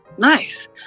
Nice